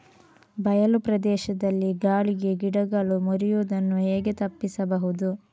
ಬಯಲು ಪ್ರದೇಶದಲ್ಲಿ ಗಾಳಿಗೆ ಗಿಡಗಳು ಮುರಿಯುದನ್ನು ಹೇಗೆ ತಪ್ಪಿಸಬಹುದು?